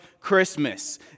Christmas